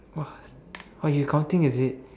!wah! !wah! you counting is it